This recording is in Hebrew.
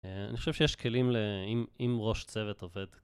אני חושב שיש כלים לאם ראש צוות עובד